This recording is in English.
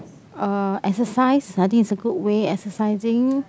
uh exercise I think it's a good way exercising